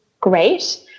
great